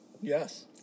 Yes